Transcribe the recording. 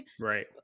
Right